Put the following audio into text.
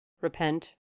Repent